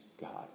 God